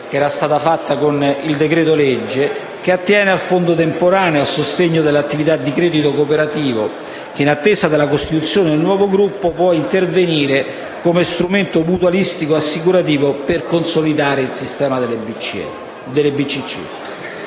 contenuta nel decreto‑legge in esame, attiene al fondo temporaneo a sostegno dell'attività di credito cooperativo, che, in attesa della costituzione di un nuovo gruppo, può intervenire come strumento mutualistico-assicurativo per consolidare il sistema delle